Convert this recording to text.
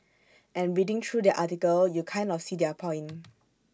and reading through their article you kind of see their point